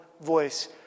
voice